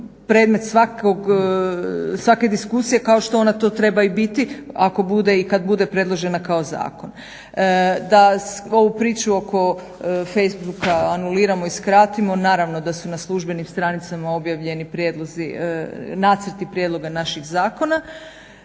predmet svake diskusije kao što ona treba i biti ako bude i kada bude predložena kao zakon. Da ovu priču oko facebooka anuliramo i skratimo naravno da su na službenim stranicama objavljeni prijedlozi nacrti prijedloga naših zakona.